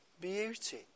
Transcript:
beauty